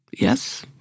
Yes